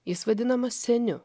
jis vadinamas seniu